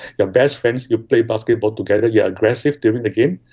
your best friends, you've play basketball together, you're aggressive there in the game,